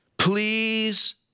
please